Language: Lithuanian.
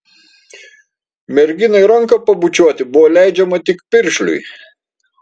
merginai ranką pabučiuoti buvo leidžiama tik piršliui